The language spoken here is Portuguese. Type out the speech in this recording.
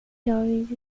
jovens